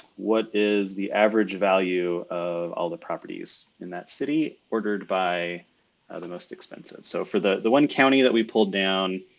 what is the average value of all the properties in that city ordered by the most expensive. so for the the one county that we pulled down